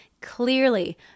Clearly